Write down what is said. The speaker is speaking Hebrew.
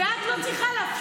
מה יש להגיד לחברי